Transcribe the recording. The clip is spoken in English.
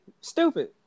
Stupid